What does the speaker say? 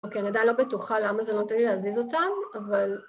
אוקיי, אני עדיין לא בטוחה למה זה נותן לי להזיז אותם, אבל...